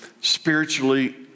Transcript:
spiritually